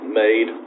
made